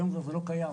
היום זה לא קיים.